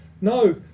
No